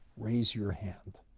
raise your hand.